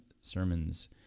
sermons